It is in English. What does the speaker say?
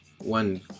One